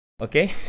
okay